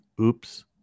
oops